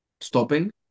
stopping